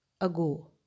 ago